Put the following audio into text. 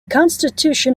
constitution